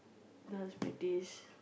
dance practice